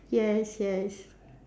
yes yes